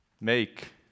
Make